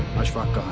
ashfaq.